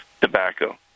tobacco